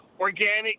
organic